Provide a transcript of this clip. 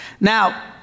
Now